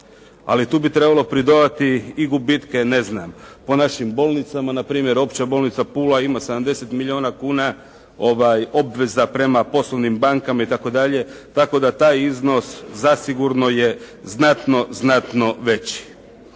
ali tu bi trebalo pridodati i gubitke po našim bolnicama. Na primjer, Opća bolnica Pula ima 70 milijuna kuna obveza prema poslovnim bankama itd., tako da taj iznos zasigurno je znatno veći.